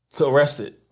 arrested